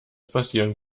passieren